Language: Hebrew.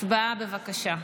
הצבעה, בבקשה.